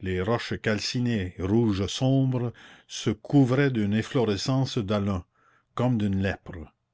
les roches calcinées rouge sombre se couvraient d'une efflorescence d'alun comme d'une lèpre